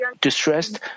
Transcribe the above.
distressed